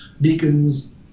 beacons